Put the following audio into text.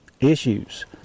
issues